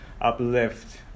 uplift